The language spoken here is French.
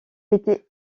était